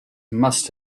must